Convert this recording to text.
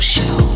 Show